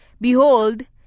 behold